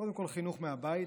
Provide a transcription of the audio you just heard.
קודם כול חינוך מהבית.